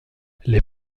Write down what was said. les